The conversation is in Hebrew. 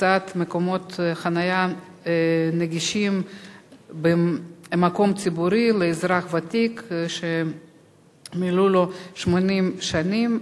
(הקצאת מקומות חנייה נגישים במקום ציבורי לאזרח ותיק שמלאו לו 80 שנים),